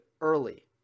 early